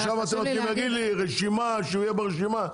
עכשיו אתם רוצים להגיד לי שהוא יהיה ברשימה?